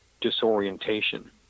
disorientation